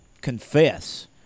confess